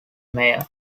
mayor